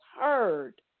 heard